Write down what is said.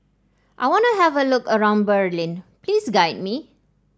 I want to have a look around Berlin please guide me